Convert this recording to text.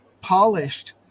polished